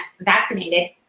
vaccinated